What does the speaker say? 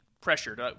pressured